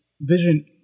vision